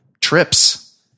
trips